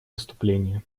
выступления